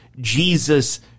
Jesus